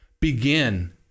Begin